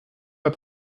pas